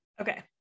Okay